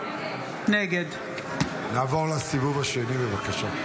נגד נעבור לסיבוב השני, בבקשה.